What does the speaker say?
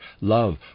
love